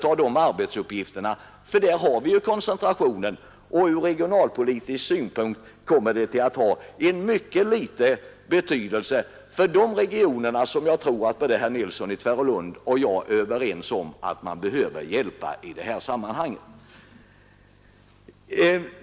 Och det är ju där som koncentrationen finns. En sådan decentralisering kommer att ha mycket liten betydelse för de regioner som jag tror att herr Nilsson i Tvärålund och jag är överens om att man behöver hjälpa i detta sammanhang.